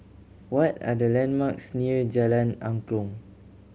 what are the landmarks near Jalan Angklong